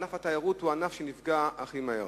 וענף התיירות הוא הענף שנפגע הכי מהר.